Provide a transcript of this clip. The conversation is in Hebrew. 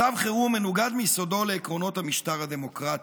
מצב חירום מנוגד מיסודו לעקרונות המשטר הדמוקרטי.